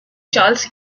charles